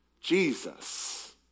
Jesus